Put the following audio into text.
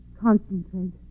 Concentrate